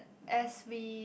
as we